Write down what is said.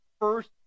first